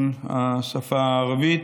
הדוברים,